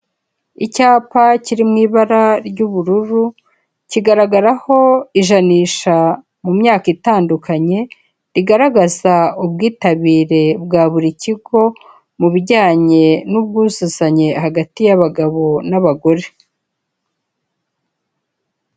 Icyapa kiri mu ibara ry'ubururu, kigaragaraho ijanisha mu myaka itandukanye, rigaragaza ubwitabire bwa buri kigo, mu bijyanye n'ubwuzuzanye hagati y'abagabo n'abagore.